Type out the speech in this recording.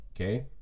okay